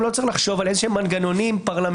האם לא צריך לחשוב על מנגנונים פרלמנטריים,